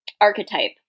archetype